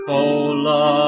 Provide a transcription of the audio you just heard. Cola